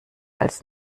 als